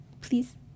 please